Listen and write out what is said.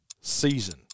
season